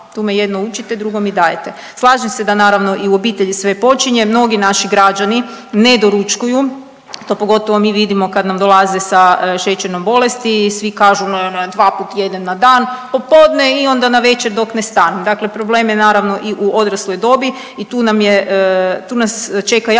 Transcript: tu me jedno učite, drugo mi dajete. Slažem se da naravno i u obitelji sve počinje, mnogi naši građani ne doručkuju to pogotovo mi vidimo kad nam dolaze sa šećernom bolesti ne, ne dva put jedem na dan popodne i onda navečer dok ne stanem. Dakle, problem je naravno i u odrasloj dobi i tu nam je tu nas čeka jako